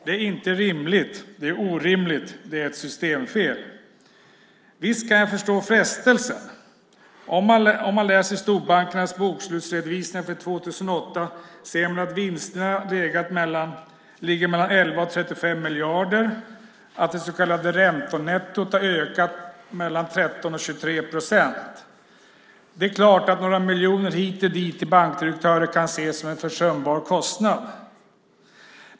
Det är inte rimligt. Det är orimligt. Det är ett systemfel. Visst kan jag förstå frestelsen. Om man läser storbankernas bokslutsredovisningar för 2008 ser man att vinsterna ligger mellan 11 och 35 miljarder och att det så kallade räntenettot har ökat med mellan 13 och 23 procent. Det är klart att några miljoner hit eller dit till bankdirektörer kan ses som en försumbar kostnad.